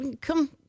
come